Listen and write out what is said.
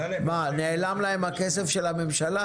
מה, נעלם להם הכסף של הממשלה?